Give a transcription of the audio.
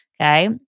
Okay